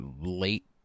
late